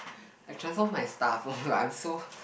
I transfer all my stuff lah I'm so